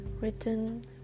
written